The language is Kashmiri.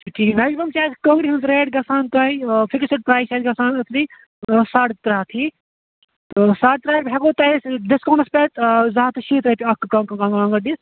کِہیٖنٛۍ نہَ حظ میکزِمم چھِ اَسہِ کانگرِ ہٕنٛز ریٹ گژھان تۄہہِ فِکسٕڈ پرٛایز چھُ اَسہِ گژھان اَصلی ساڑ ترٛےٚ ہَتھ ٹھیٖک تہٕ ساڑ ترٛےٚ ہَتھ ہٮ۪کَو تۄہہِ اَسہِ ڈِسکاوُنٛٹَس پٮ۪ٹھ آ زٕ ہَتھ تہٕ شیٖتھ رۄپیہِ اکھ کانٛگرِ دِتھ